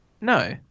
no